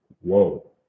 whoa